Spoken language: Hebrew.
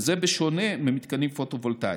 וזה בשונה ממתקנים פוטו-וולטאיים.